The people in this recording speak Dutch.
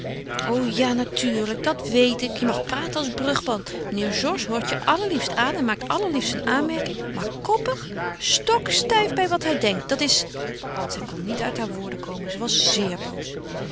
o ja natuurlijk dat weet ik je mag praten als brugman meneer georges hoort je allerliefst aan en maakt allerliefst zijn aanmerkingen maar koppig stokstijf bij wat hij denkt dat is zij kon niet uit haar woorden komen ze was zeer boos